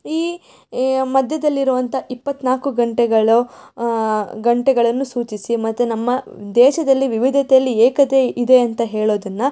ಈ ಮಧ್ಯದಲ್ಲಿರುವಂಥ ಇಪ್ಪತ್ನಾಲ್ಕು ಗಂಟೆಗಳು ಗಂಟೆಗಳನ್ನು ಸೂಚಿಸಿ ಮತ್ತು ನಮ್ಮ ದೇಶದಲ್ಲಿ ವಿವಿಧತೆಯಲ್ಲಿ ಏಕತೆ ಇದೆ ಅಂತ ಹೇಳೋದನ್ನು